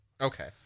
Okay